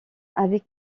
avec